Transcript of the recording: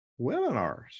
webinars